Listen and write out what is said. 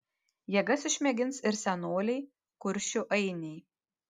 jėgas išmėgins ir senoliai kuršių ainiai